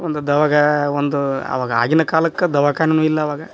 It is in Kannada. ಒಂದು ದವಾಗ ಒಂದು ಆವಾಗ ಆಗಿನ ಕಾಲಕ್ಕೆ ದವಾಖಾನಿನು ಇಲ್ಲಾವಾಗ